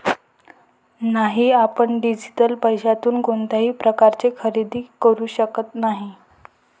नाही, आपण डिजिटल पैशातून कोणत्याही प्रकारचे खरेदी करू शकत नाही